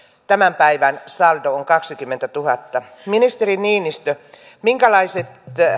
tämän päivän saldo on kaksikymmentätuhatta ministeri niinistö minkälaiset